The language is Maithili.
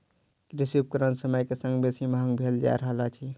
कृषि उपकरण समय के संग बेसी महग भेल जा रहल अछि